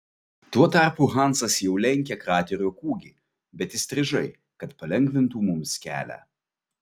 tuo tarpu hansas jau lenkė kraterio kūgį bet įstrižai kad palengvintų mums kelią